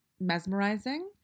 mesmerizing